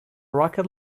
rocket